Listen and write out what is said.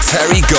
Terry